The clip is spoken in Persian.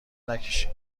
نکشین